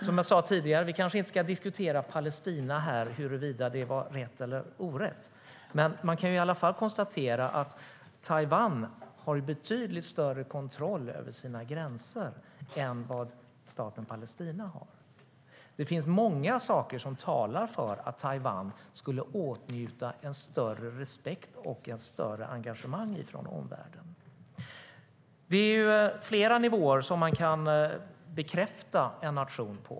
Som jag sa tidigare kanske vi inte ska diskutera erkännandet av Palestina och huruvida det var rätt eller orätt, men man kan i alla fall konstatera att Taiwan har betydligt större kontroll över sina gränser än vad staten Palestina har. Det finns många saker som talar för att Taiwan skulle åtnjuta en större respekt och ett större engagemang från omvärlden. Det finns flera nivåer att bekräfta en nation på.